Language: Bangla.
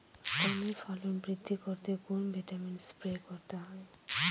আমের ফলন বৃদ্ধি করতে কোন ভিটামিন স্প্রে করতে হয়?